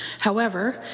however,